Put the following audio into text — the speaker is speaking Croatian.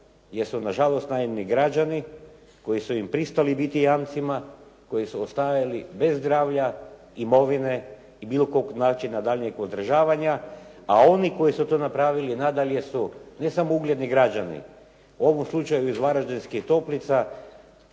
jesu na žalost naivni građani koji su im pristali biti jamcima, koji su ostajali bez zdravlja, imovine i bilo kog načina daljnjeg održavanja. A oni koji su to napravili nadalje su ne samo ugledni građani. U ovom slučaju iz Varaždinskih toplica,